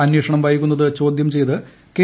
അന്വേഷണം വൈകുന്നത് ചോദ്യം ചെയ്ത് കെ